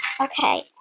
Okay